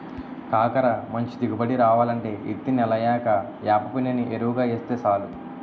కాకర మంచి దిగుబడి రావాలంటే యిత్తి నెలయ్యాక యేప్పిండిని యెరువుగా యేస్తే సాలు